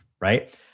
right